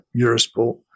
Eurosport